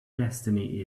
destiny